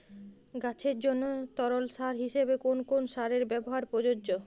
গাছের জন্য তরল সার হিসেবে কোন কোন সারের ব্যাবহার প্রযোজ্য?